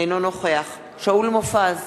אינו נוכח שאול מופז,